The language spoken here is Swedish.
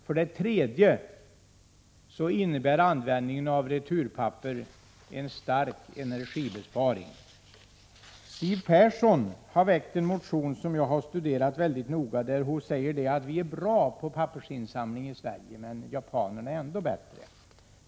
För det tredje innebär användningen av returpapper en stark energibesparing. Siw Persson har väckt en motion, som jag har studerat mycket ingående. Hon säger där att vi är bra på pappersinsamling i Sverige, men japanerna är ännu bättre.